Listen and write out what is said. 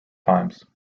times